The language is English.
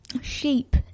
sheep